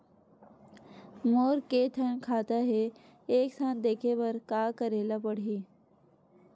मोर के थन खाता हे एक साथ देखे बार का करेला पढ़ही?